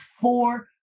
four